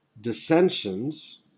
dissensions